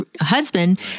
husband